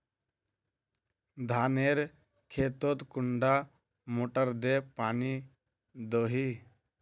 धानेर खेतोत कुंडा मोटर दे पानी दोही?